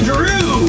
Drew